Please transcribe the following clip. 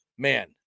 Man